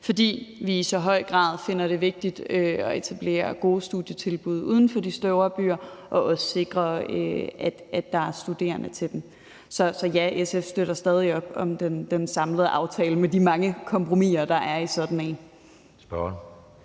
fordi vi i så høj grad finder det vigtigt at etablere gode studietilbud uden for de store byer og også sikre, at der er studerende til dem. Så ja, SF støtter stadig op om den samlede aftale med de mange kompromiser, der er i sådan en.